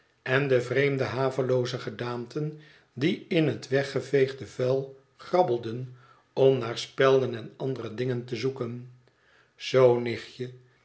en de vreemde havelooze gedaanten die in het weggeveegde vuil grabbelden om naar spelden en andere dingen te zoeken zoo